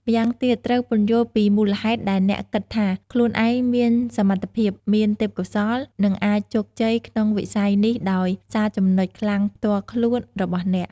ម្យ៉ាងទៀត ត្រូវពន្យល់ពីមូលហេតុដែលអ្នកគិតថាខ្លួនឯងមានសមត្ថភាព មានទេពកោសល្យ និងអាចជោគជ័យក្នុងវិស័យនេះដោយសារចំណុចខ្លាំងផ្ទាល់ខ្លួនរបស់អ្នក។